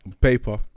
paper